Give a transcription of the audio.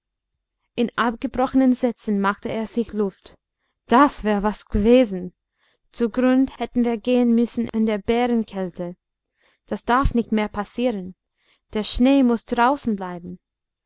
in abgebrochenen sätzen machte er sich luft das wär was g'wesen zugrund hätten wir gehen müssen in der bärenkälte das darf nicht mehr passieren der schnee muß draußen bleiben